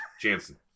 Jansen